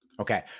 Okay